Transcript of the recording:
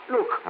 Look